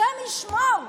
השם ישמור,